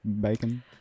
bacon